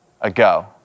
ago